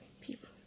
people